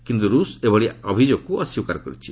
କିନ୍ତୁ ରୁଷ ଏଭଳି ଅଭିଯୋଗକକୁ ଅସ୍ୱୀକାର କରିଛି